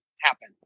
Happen